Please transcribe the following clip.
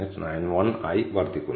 9891 ആയി വർദ്ധിക്കുന്നു